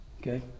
Okay